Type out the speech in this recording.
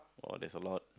oh there's a lot